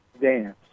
dance